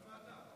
לוועדה.